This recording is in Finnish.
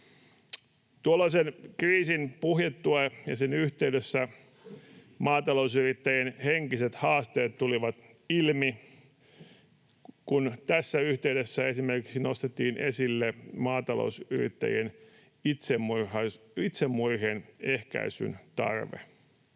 Tuollaisen kriisin puhjettua ja sen yhteydessä maatalousyrittäjien henkiset haasteet tulivat ilmi, kun tässä yhteydessä esimerkiksi nostettiin esille maatalousyrittäjien itsemurhien ehkäisyn tarve.